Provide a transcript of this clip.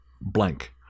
Blank